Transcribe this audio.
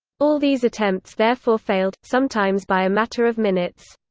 all these attempts therefore failed, sometimes by a matter of minutes.